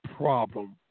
problem